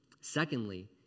Secondly